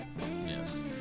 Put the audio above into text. yes